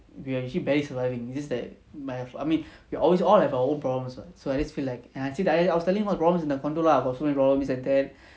we are actually barely surviving it's just that but I mean you will always we all have our own problems [what] so I just feel like and I was telling all the problems in the condo lah got so many problem this and that